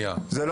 לא